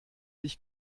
dich